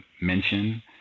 mention